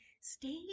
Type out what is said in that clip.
stay